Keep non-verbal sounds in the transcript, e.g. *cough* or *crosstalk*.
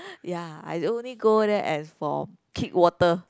*breath* ya I only go there as for kick water